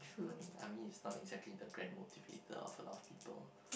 army is not exactly the grand motivator of people